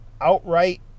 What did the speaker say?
outright